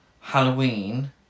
Halloween